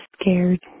scared